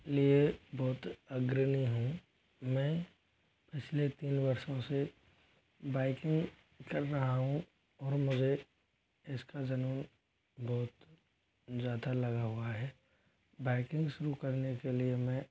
लिए बहुत अग्राणिय हूँ मैं पिछले तीन वर्षों से बाइकिंग कर रहा हूँ और मुझे इसका जूनून बहुत ज़्यादा लगा हुआ है बाइकिंग शुरु करने के लिए मैं